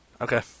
Okay